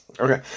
Okay